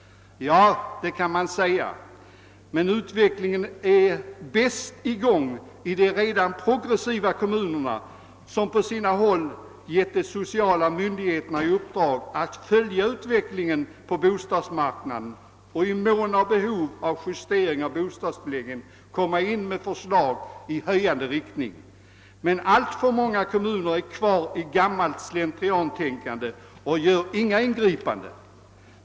Ja, det kan man säga. Men utvecklingen är bäst i gång i de redan progressiva kommunerna, som på sina håll givit de sociala myndigheterna i uppdrag att följa utvecklingen på bostadsmarknaden och i mån av behov av justering av bostadstilläggen inkomma med förslag i höjande riktning. Men alltför många kommuner är kvar i gammalt slentriantänkande och gör inga ingripanden.